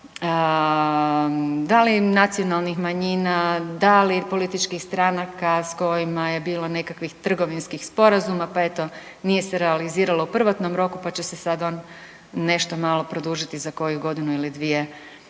da li nacionalnih manjina, da li političkih stranaka s kojima je bilo nekakvih trgovinskih sporazuma pa eto, nije se realiziralo u prvotnom roku pa će se sad on nešto malo produžiti za koju godinu ili dvije.